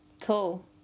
Cool